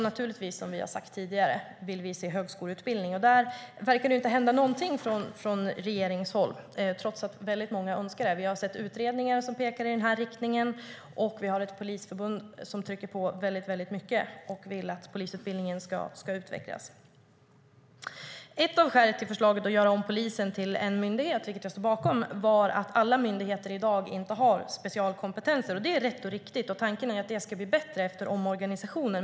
Naturligtvis vill vi se en högskoleutbildning, som vi sagt tidigare. Där verkar det inte hända någonting från regeringshåll, trots att väldigt många önskar detta. Vi har sett utredningar som pekar i den här riktningen, och vi har ett polisförbund som trycker på starkt och vill att polisutbildningen ska utvecklas. Ett av skälen till förslaget att göra om polisen till en myndighet, vilket jag står bakom, var att inte alla myndigheter har specialkompetenser i dag. Det är rätt och riktigt, och tanken är att det ska bli bättre efter omorganisationen.